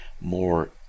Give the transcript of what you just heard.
more